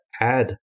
add